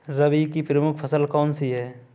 रबी की प्रमुख फसल कौन सी है?